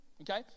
okay